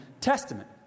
Testament